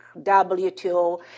WTO